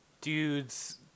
dudes